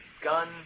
gun